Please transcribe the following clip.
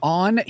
on